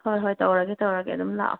ꯍꯣꯏ ꯍꯣꯏ ꯇꯧꯔꯒꯦ ꯇꯧꯔꯒꯦ ꯑꯗꯨꯝ ꯂꯥꯛꯑꯣ